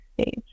stage